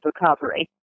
recovery